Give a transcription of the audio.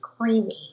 creamy